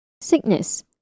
Sickness